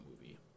movie